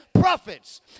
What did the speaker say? prophets